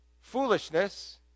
foolishness